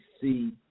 see